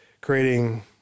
creating